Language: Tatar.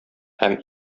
һәм